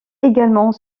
également